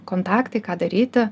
kontaktai ką daryti